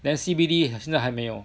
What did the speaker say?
then C_B_D 现在还没有